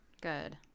Good